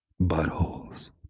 buttholes